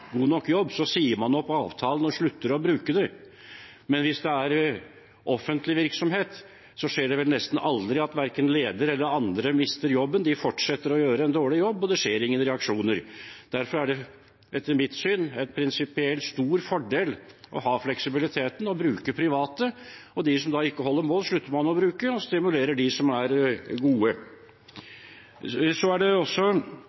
god nok jobb, så sier man opp avtalen og slutter å bruke dem. Hvis det er en offentlig virksomhet, skjer det vel nesten aldri at ledere eller andre mister jobben. De fortsetter å gjøre en dårlig jobb, og det får ingen reaksjoner. Derfor er det etter mitt syn en prinsipielt stor fordel å ha fleksibiliteten i å bruke private. De som da ikke holder mål, slutter man å bruke, og så stimulerer man de som er gode. Så er det også